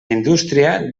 indústria